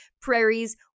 prairies